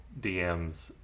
DMs